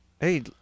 Hey